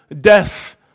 death